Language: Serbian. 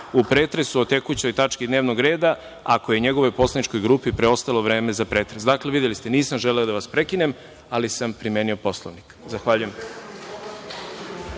u pretresu o tekućoj tački dnevnog reda, ako je njegovoj poslaničkoj grupi preostalo vreme za pretres. Dakle, videli ste, nisam želeo da vas prekinem, ali sam primenio Poslovnik. Zahvaljujem. Reč